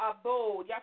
abode